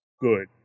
good